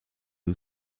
who